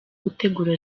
gutegura